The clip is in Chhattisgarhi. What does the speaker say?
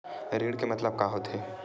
ऋण के मतलब का होथे?